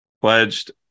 pledged